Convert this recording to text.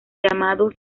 llamados